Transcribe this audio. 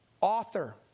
author